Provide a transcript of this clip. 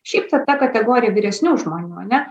šiaip ten ta kategorija vyresnių žmonių ane